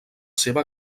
seva